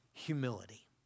Humility